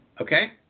Okay